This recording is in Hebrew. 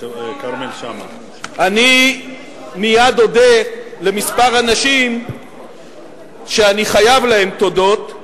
אני מייד אודה לכמה אנשים שאני חייב להם תודות,